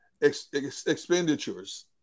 expenditures